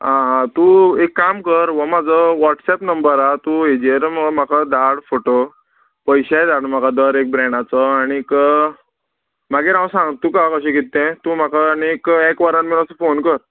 आ तूं एक काम कर हो म्हाजो वॉट्सॅप नंबर आहा तूं हेजेर म्हाका धाड फोटो पयशेय धाड म्हाका दर एक ब्रॅणाचो आनीक मागीर हांव सांग तुका कशें कितें तूं म्हाका आनीक एक वरान मेरे फोन कर